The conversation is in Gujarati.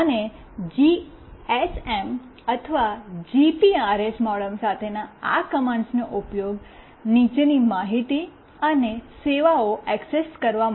અને જીએસએમ અથવા જીપીઆરએસ મોડેમ સાથેના આ કમાન્ડસનો ઉપયોગ નીચેની માહિતી અને સેવાઓ એક્સેસ કરવા માટે કરી શકાય છે